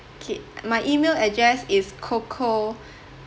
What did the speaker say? kay my email address is coco